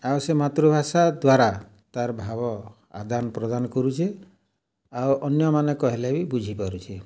ଆଉ ସେ ମାତୃଭାଷା ଦ୍ୱାରା ତାର୍ ଭାବ ଆଦାନ୍ ପ୍ରଦାନ୍ କରୁଛେ ଆଉ ଅନ୍ୟମାନେ କହିଲେ ବି ବୁଝିପାରୁଛେ